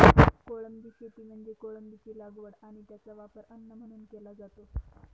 कोळंबी शेती म्हणजे कोळंबीची लागवड आणि त्याचा वापर अन्न म्हणून केला जातो